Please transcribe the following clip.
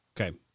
Okay